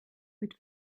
mit